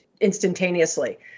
instantaneously